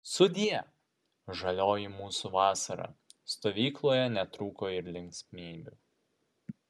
sudie žalioji mūsų vasara stovykloje netrūko ir linksmybių